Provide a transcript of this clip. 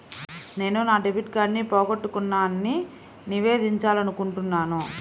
నేను నా డెబిట్ కార్డ్ని పోగొట్టుకున్నాని నివేదించాలనుకుంటున్నాను